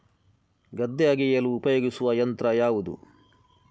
ಗದ್ದೆ ಅಗೆಯಲು ಉಪಯೋಗಿಸುವ ಯಂತ್ರ ಯಾವುದು?